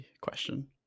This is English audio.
question